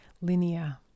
linear